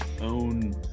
own